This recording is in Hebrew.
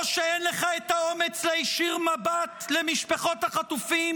או שאין לך את האומץ להישיר מבט למשפחות החטופים